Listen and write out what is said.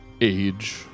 age